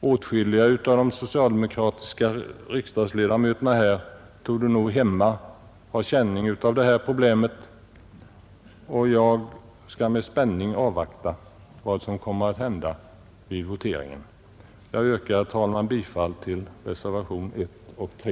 Åtskilliga av de socialdemokratiska riksdagsledamöterna torde nog hemma ha känning av det här problemet, och jag skall med spänning avvakta vad som kommer att hända vid voteringen. Jag yrkar, herr talman, bifall till reservationerna 1 och 3.